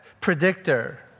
predictor